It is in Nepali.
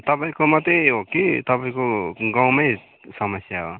तपाईँको मात्रै हो कि तपाईँको गाउँमै समस्या हो